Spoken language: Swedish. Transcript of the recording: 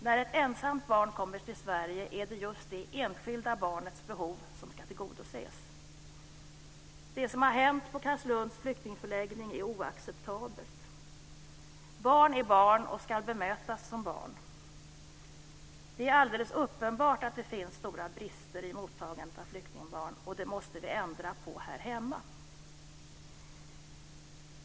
När ett ensamt barn kommer till Sverige är det just det enskilda barnets behov som ska tillgodoses. Det som har hänt på Carlslunds flyktingförläggning är oacceptabelt. Barn är barn och ska bemötas som barn. Det är alldeles uppenbart att det finns stora brister i mottagandet av flyktingbarn, och det måste vi ändra på här hemma.